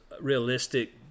realistic